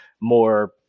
more